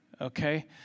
okay